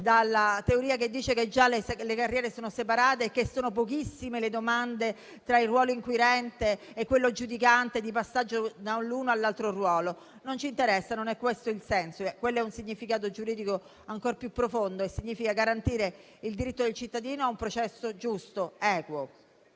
dalla teoria che dice che già le carriere sono separate e che sono pochissime le domande di passaggio dal ruolo inquirente a quello giudicante. Non ci interessa e non è questo il senso. Quello è un significato giuridico ancor più profondo e significa garantire il diritto del cittadino a un processo giusto, equo.